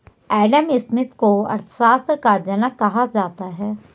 Adam Smith को अर्थशास्त्र का जनक कहा जाता है